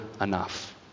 enough